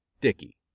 Dicky